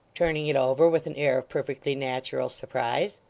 turning it over with an air of perfectly natural surprise.